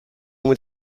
went